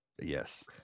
yes